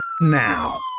now